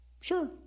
Sure